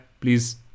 Please